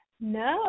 No